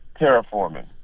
terraforming